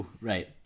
Right